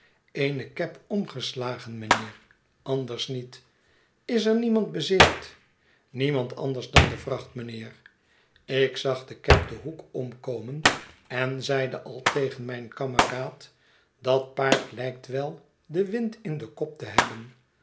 eene cab omgeslagen mijnheer anders niet is er niemand bezeerd niemand anders dan de vracht mijnheer ik zag de cab den hoek omkomen en zeide al tegen mijn kameraad dat paard lijkt wel den wind in den kop te hebben